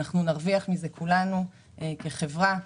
שנרוויח ממנה כולנו כחברה,